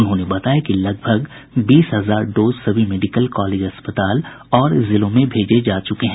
उन्होंने बताया कि लगभग बीस हजार डोज सभी मेडिकल कॉलेज अस्पताल और जिलों में भेजे जा चुके हैं